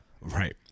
Right